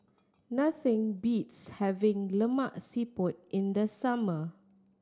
nothing beats having Lemak Siput in the summer